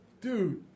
dude